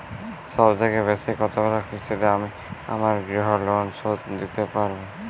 সবথেকে বেশী কতগুলো কিস্তিতে আমি আমার গৃহলোন শোধ দিতে পারব?